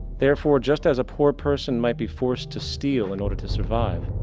therefore, just as a poor person might be forced to steal in order to survive,